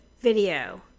video